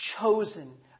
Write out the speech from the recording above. chosen